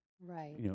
Right